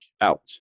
out